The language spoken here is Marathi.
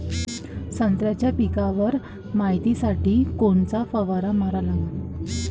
संत्र्याच्या पिकावर मायतीसाठी कोनचा फवारा मारा लागन?